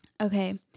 Okay